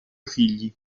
figli